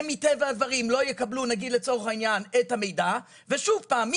הם מטבע הדברים לא יקבלו נגיד לצורך העניין את המידע ושוב פעם,